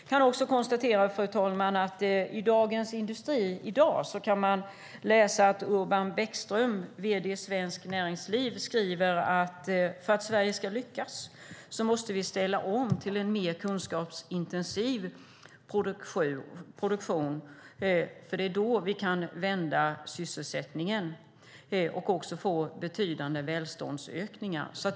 Urban Bäckström, vd i Svenskt Näringsliv, skriver i Dagens Industri i dag att för att Sverige ska lyckas måste vi ställa om till en mer kunskapsintensiv produktion. Det är då vi kan vända sysselsättningen och få betydande välståndsökningar.